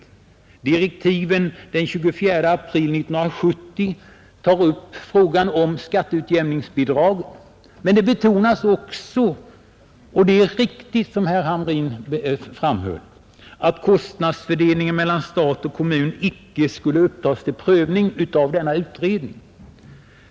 I direktiven av den 24 april 1970 tas frågan om skatteutjämningsbidrag upp, men det betonas också — det framhöll herr Hamrin och det är riktigt — att kostnadsfördelningen mellan stat och kommun icke skall upptas till prövning av utredningen.